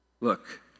Look